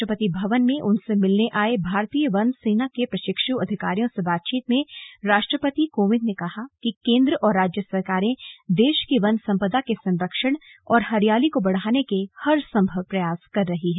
राष्ट्रपति भवन में उनसे मिलने आए भारतीय वन सेना के प्रशिक्षु अधिकारियों से बातचीत में राष्ट्रपति कोविंद ने कहा कि केन्द्र और राज्य सरकारें देश की वन सम्पदा के संरक्षण और हरियाली को बढ़ाने के हरसंभव प्रयास कर रही हैं